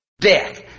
death